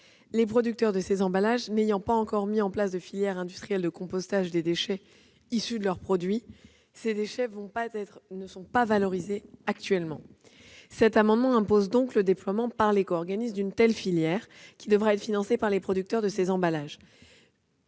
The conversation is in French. Les producteurs de ces emballages n'ont pas encore créé une telle filière pour les déchets issus de leurs produits. Ces déchets ne sont donc pas valorisés actuellement. Cet amendement tend à imposer le déploiement par l'éco-organisme d'une telle filière, qui devra être financée par les producteurs de ces emballages.